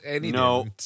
No